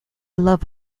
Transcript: love